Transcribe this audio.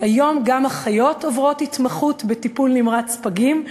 היום גם האחיות עוברות התמחות בטיפול נמרץ פגים.